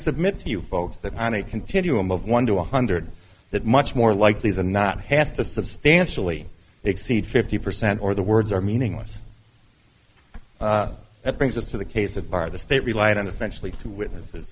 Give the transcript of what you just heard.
submit to you folks that on a continuum of one to one hundred that much more likely than not has to substantially exceed fifty percent or the words are meaningless that brings us to the case of bar the state relied on essentially two witnesses